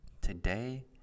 today